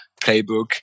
playbook